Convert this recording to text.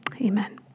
amen